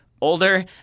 Older